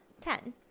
ten